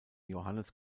johannes